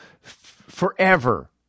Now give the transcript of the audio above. forever